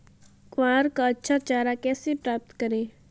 ग्वार का अच्छा चारा कैसे प्राप्त करें?